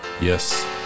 Yes